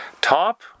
Top